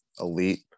elite